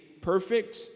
perfect